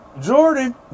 Jordan